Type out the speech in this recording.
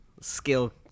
skill